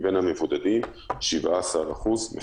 מבין המבודדים 17% מפרים.